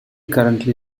currently